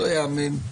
לא ייאמן.